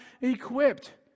equipped